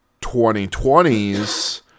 2020s